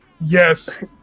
Yes